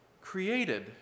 created